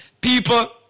People